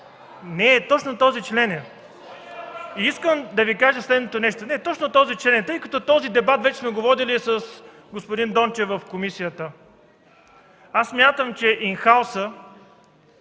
Не, точно този член е. Искам да Ви кажа следното нещо – точно този член е, тъй като този дебат вече сме го водили с господин Дончев в комисията, смятам, че „ин хаус”